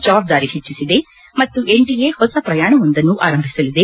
ಜವಾಬ್ದಾರಿ ಹೆಚ್ಚಿಸಿದೆ ಮತ್ತು ಎನ್ಡಿಎ ಹೊಸ ಪ್ರಯಾಣವೊಂದನ್ನು ಆರಂಭಿಸಲಿದೆ